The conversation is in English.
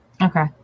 Okay